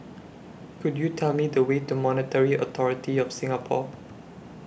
Could YOU Tell Me The Way to Monetary Authority of Singapore